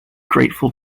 grateful